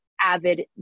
avid